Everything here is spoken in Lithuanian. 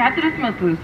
ketverius metus